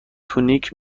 تونیک